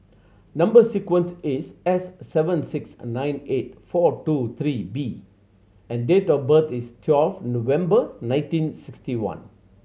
number sequence is S seven six nine eight four two three B and date of birth is twelve November nineteen sixty one